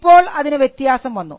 ഇപ്പോൾ അതിന് വ്യത്യാസം വന്നു